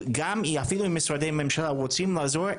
גם משרדי ממשלה רוצים לעזור,